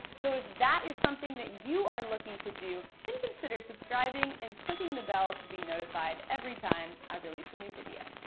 so if that is something that you are looking to do, then consider subscribing and clicking the bell to be notified every time i release a new video.